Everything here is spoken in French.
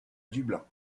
dublin